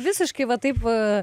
visiškai va taip va